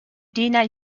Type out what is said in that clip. diener